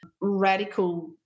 radical